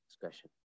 discussion